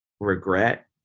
regret